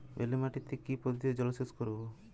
বেলে মাটিতে কি পদ্ধতিতে জলসেচ করব?